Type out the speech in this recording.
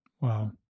Wow